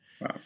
Wow